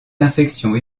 infection